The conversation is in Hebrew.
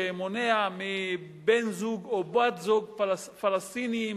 שמונע מבן-זוג או מבת-זוג פלסטינים